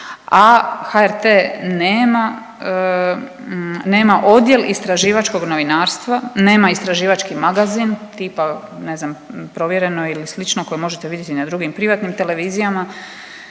nema, nema odjel istraživačkog novinarstva, nema istraživački magazin tipa ne znam Provjereno ili slično koje možete vidjeti na drugim privatnim televizijama.